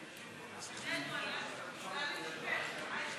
אני רוצה להודות בראש ובראשונה ליושב-ראש ועדת